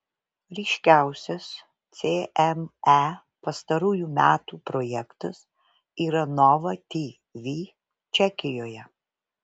ryškiausias cme pastarųjų metų projektas yra nova tv čekijoje